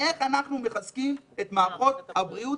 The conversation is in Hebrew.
איך אנחנו מחזקים את מערכות הבריאות,